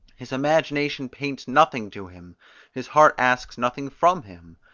his imagination paints nothing to him his heart asks nothing from him.